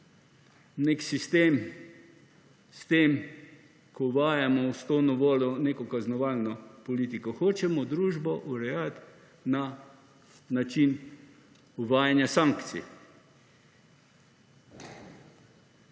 nek sistem. S tem, ko uvajamo s to novelo neko kaznovalno politiko, hočemo družbo urejati na način uvajanja sankcij.